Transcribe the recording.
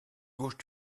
gauche